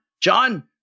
John